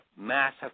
massive